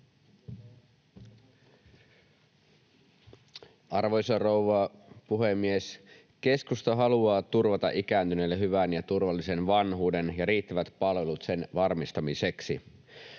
Arvoisa rouva puhemies! Keskusta haluaa turvata ikääntyneille hyvän ja turvallisen vanhuuden ja riittävät palvelut sen varmistamiseksi.